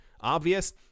obvious